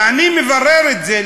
ואני מברר את זה,